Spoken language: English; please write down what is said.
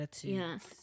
Yes